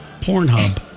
Pornhub